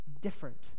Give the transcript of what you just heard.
Different